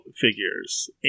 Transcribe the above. figures